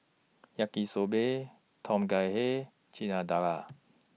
Yaki Soba Tom Kha Hay Chana Dal